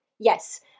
Yes